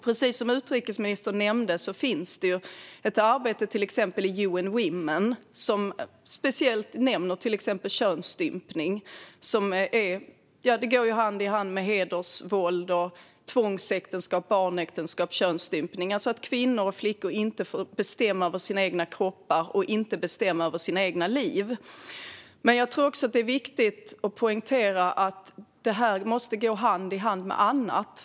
Precis som utrikesministern nämnde finns det ett arbete i till exempel UN Women som speciellt nämner till exempel könsstympning. Hedersvåld, tvångsäktenskap, barnäktenskap och könsstympning går hand i hand, alltså att kvinnor och flickor inte får bestämma över sina egna kroppar och inte får bestämma över sina egna liv. Jag tror att det också är viktigt att poängtera att detta måste gå hand i hand med annat.